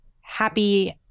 happy